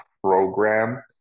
program